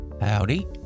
Howdy